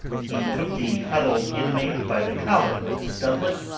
he took the huddled inmate by the collar of his doublet,